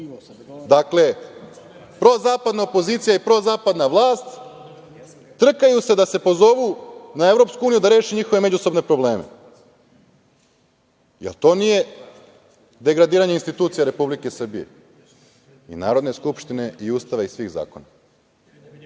Dakle, prozapadna opozicija i prozapadna vlast trkaju se da se pozovu na EU da reši njihove međusobne probleme. Jel to nije degradiranje institucija Republike Srbije i Narodne skupštine i Ustava i svih zakona? Može